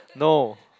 no